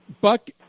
Buck